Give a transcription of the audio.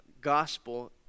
gospel